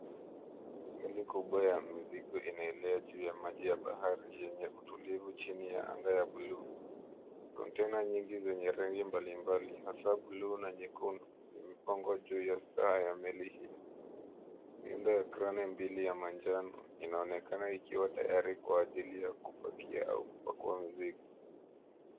Meli kubwa ya mizigo inaelea juu ya maji ya bahari yenye utulivu, chini ya anga ya bluu. Kontena nyingi zenye rangi mbalimbali, hasa bluu na nyekundu, zimepangwa juu ya staa ya meli hii. Miundo ya kreni mbili ya manjano, inaonekana ikiwa tayari kwa ajili ya kupakia au kupakua mizigo.